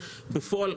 בפועל,